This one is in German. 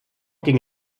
ging